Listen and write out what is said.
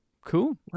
Cool